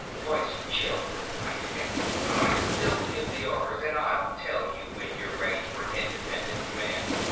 voice chill as the icecap. i still give the orders and i'll tell you when you're ready for an independent command.